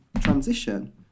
transition